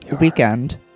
weekend